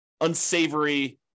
unsavory